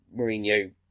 Mourinho